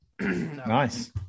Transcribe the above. nice